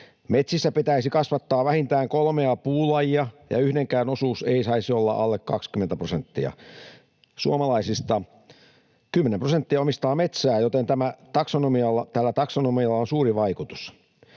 Metsissä pitäisi kasvattaa vähintään kolmea puulajia, ja yhdenkään osuus ei saisi olla alle 20 prosenttia. Suomalaisista 10 prosenttia omistaa metsää, joten tällä taksonomialla on suuri vaikutus.